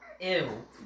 Ew